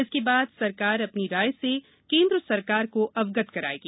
इसके बाद सरकार अपनी राय से केंद्र सरकार को अवगत कराएगी